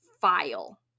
file